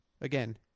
again